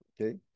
okay